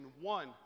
one